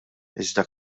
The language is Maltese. iżda